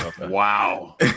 Wow